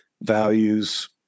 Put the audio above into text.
values